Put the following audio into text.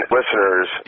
listeners